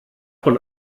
von